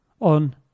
on